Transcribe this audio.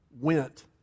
went